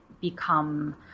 become